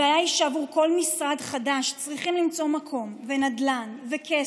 הבעיה היא שעבור כל משרד חדש צריכים למצוא מקום ונדל"ן וכסף,